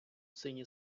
синій